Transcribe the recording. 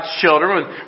children